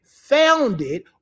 founded